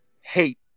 hate